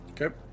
Okay